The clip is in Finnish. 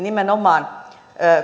nimenomaan